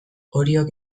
oriok